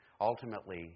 Ultimately